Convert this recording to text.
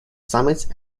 summits